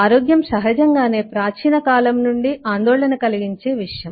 ఆరోగ్యం సహజంగానే ప్రాచీన కాలం నుండి ఆందోళన కలిగించే విషయం